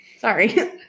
Sorry